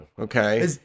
Okay